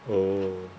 oh